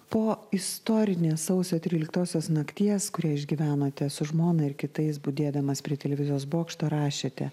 po istorinės sausio tryliktosios nakties kurią išgyvenote su žmona ir kitais budėdamas prie televizijos bokšto rašėte